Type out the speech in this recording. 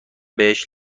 بهش